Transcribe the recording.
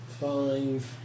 five